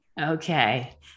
Okay